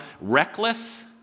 reckless